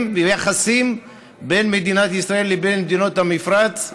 ויחסים בין מדינת ישראל לבין מדינות המפרץ.